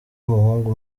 umuhungu